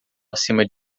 acima